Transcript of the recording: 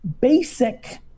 basic